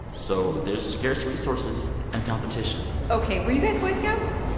so there's scarce resources and competition ok, were you guys boy scouts?